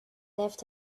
left